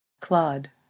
Claude